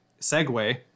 segue